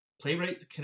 playwrights